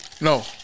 No